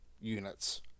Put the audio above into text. units